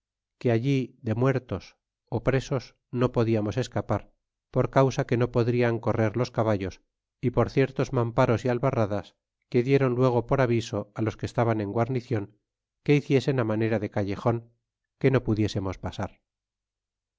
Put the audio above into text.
que allí de muertos ú presos no podriamos escapar por causa que no podrian correr los caballos y por ciertos mamparos y albarradas que dieron luego por aviso á los que estaban en guarnicion que hiciesen á manera de callejon que no pudiésemos pasar